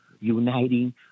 uniting